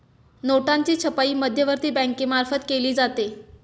नोटांची छपाई मध्यवर्ती बँकेमार्फत केली जाते